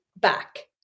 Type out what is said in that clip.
back